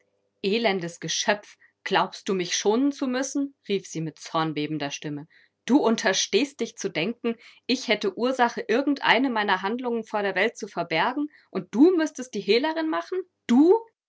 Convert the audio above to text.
elendes geschöpf glaubst du mich schonen zu müssen rief sie mit zornbebender stimme du unterstehst dich zu denken ich hätte ursache irgend eine meiner handlungen vor der welt zu verbergen und du müßtest die hehlerin machen du